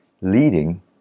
leading